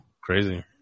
crazy